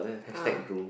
uh